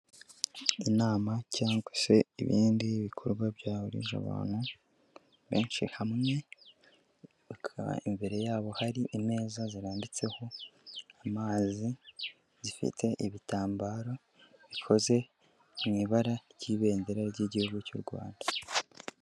Inama cyangwa se ibindi bikorwa byahurije abantu benshi hamwe, bakaba imbere yabo hari ineza zirananditseho amazi, zifite ibitambaro bikoze mu ibara ry'ibendera ry'igihugu cy'u Rwanda.